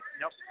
nope